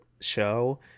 show